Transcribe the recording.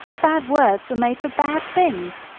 bad words were made for bad things,